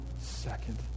second